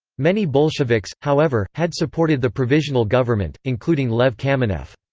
many bolsheviks, however, had supported the provisional government, including lev kamenev.